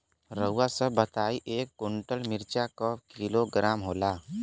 रउआ सभ बताई एक कुन्टल मिर्चा क किलोग्राम होला?